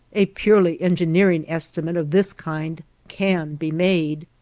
a purely engineering estimate of this kind can be made,